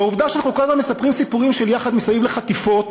והעובדה שאנחנו כל הזמן מספרים סיפורים של יחד מסביב לחטיפות,